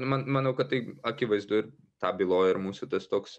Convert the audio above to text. man manau kad tai akivaizdu ir tą byloja ir mūsų tas toks